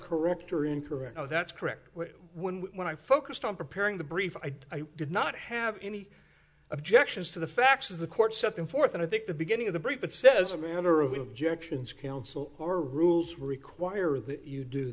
correct or incorrect no that's correct when i focused on preparing the brief i did not have any objections to the facts of the court setting forth and i think the beginning of the brief it says a manner of objections counsel or rules require that you do